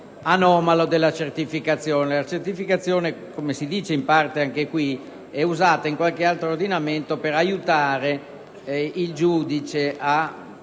anomalo della certificazione. La certificazione, come si dice in parte anche qui, è usata in qualche altro ordinamento per aiutare il giudice ad